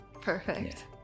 Perfect